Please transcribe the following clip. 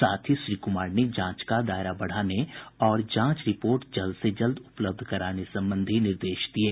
साथ ही श्री कुमार ने जांच का दायरा बढ़ाने और जांच रिपोर्ट जल्द से जल्द उपलब्ध कराने संबंधी निर्देश दिये